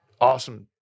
awesome